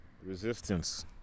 Resistance